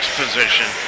position